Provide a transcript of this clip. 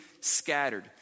scattered